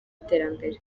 iterambere